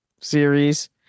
series